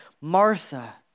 Martha